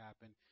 happen